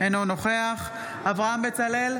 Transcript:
אינו נוכח אברהם בצלאל,